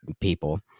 people